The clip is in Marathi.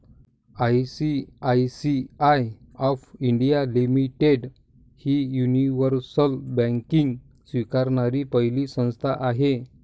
आय.सी.आय.सी.आय ऑफ इंडिया लिमिटेड ही युनिव्हर्सल बँकिंग स्वीकारणारी पहिली संस्था आहे